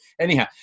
Anyhow